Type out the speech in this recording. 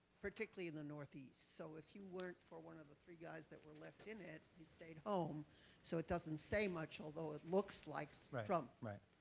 particularly in the northeast. so if you weren't for one of the three guys that were left in you stayed home so it doesn't say much although it looks like trump,